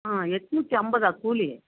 ஆ எட்நூத்தி ஐம்பதா கூலி